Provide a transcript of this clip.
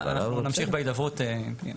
אנחנו נמשיך בהידברות עם פנינה.